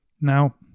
Now